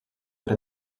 maar